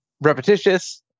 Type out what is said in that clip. repetitious